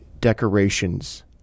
decorations